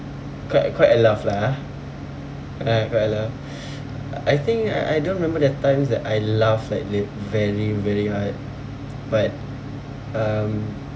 quite quite a laugh lah ah right quite a laugh I think I I don't remember the times that I laughed like le~ very very hard but um